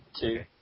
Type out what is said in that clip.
two